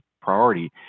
priority